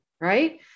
right